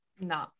No